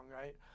right